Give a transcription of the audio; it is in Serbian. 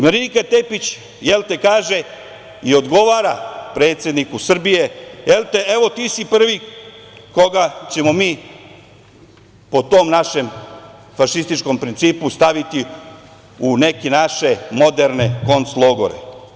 Marinika Tepić kaže i odgovara predsedniku Srbije – evo, ti si prvi koga ćemo mi, po tom našem fašističkom principu, staviti u neke naše moderne konclogore.